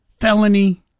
Felony